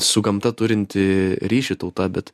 su gamta turinti ryšį tauta bet